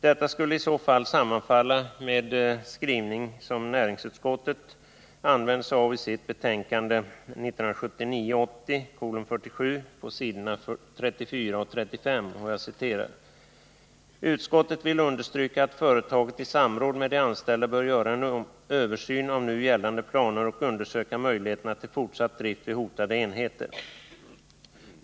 Detta skulle i så fall sammanfalla med näringsutskottets skrivning i dess betänkande 1979/80:47 på s. 34 och 35: ”Utskottet vill understryka att företaget i samråd med de anställda bör göra en översyn av nu gällande planer och undersöka möjligheterna till fortsatt drift vid hotade enheter.